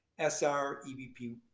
SREBP